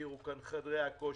הזכירו כאן את חדרי הכושר,